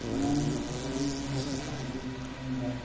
ꯅꯪ ꯑꯌꯤꯡ ꯑꯁꯥ ꯑꯗꯨ ꯈꯪꯕ꯭ꯔꯥ